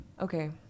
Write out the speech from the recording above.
Okay